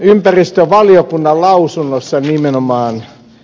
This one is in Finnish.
ympäristövaliokunnan lausunnossa nimenomaan ed